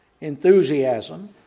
enthusiasm